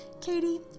Katie